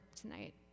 tonight